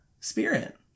spirit